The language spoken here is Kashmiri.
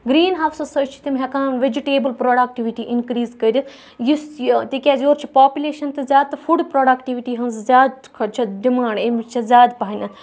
گریٖن ہاوسَس سۭتۍ چھِ تِم ہٮ۪کان وِجِٹیبُل پرٛوڈَکٹیٛوِٗٹی اِنکریٖز کٔرِتھ یُس یہِ تِکیٛازِ یورٕ چھِ پاپُلیشَن تہٕ زیادٕ تہٕ فُڈ پرٛوڈَکٹیٛوِٗٹی ہٕنٛز زیادٕ کھۄتہٕ چھِ ڈیمانٛڈ أمِس چھِ زیادٕ پَہنَتھ